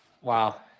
wow